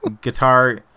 guitar